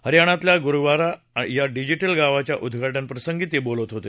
हरयाणातल्या गुरवारा या डिजिटल गावाच्या उद्वाटन प्रसंगी ते बोलत होते